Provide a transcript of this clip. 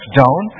down